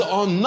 on